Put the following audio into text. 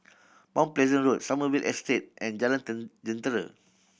Mount Pleasant Road Sommerville Estate and Jalan Jentera